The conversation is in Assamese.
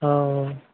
অঁ অঁ